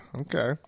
Okay